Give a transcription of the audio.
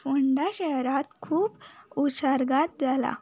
फोंडा शहरांत खूब उसारगत जाला